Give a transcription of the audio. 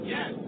Yes